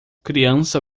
criança